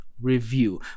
review